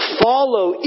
follow